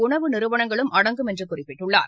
உணவு நிறுவனங்களும் அடங்கும் என்றுகுறிப்பிட்டுள்ளார்